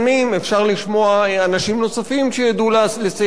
אפשר לשמוע אנשים נוספים שידעו לסייע לנו.